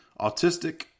Autistic